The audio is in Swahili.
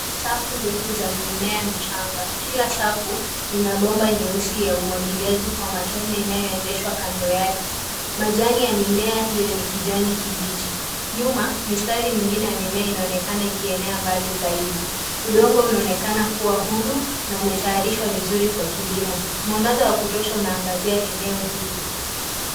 Sfu ndefu za mimea michanga. Kila safu ina bomba nyeusi ya umwagiliaji kwa matone inayoendeshwa kando yake. Majani ya mimea hiyo ni kijani kibichi. Nyuma mistari mingine ya mimea inaonekana ikinenea mbali zaidi. Udongo unaonekana kuwa huru na umetayarishwa vizuri kwa kilimo. Mwangaza wa kutosha unaangazia eneo hilo.